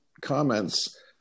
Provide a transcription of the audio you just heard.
comments